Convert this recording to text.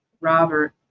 Robert